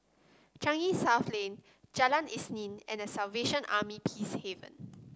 Changi South Lane Jalan Isnin and The Salvation Army Peacehaven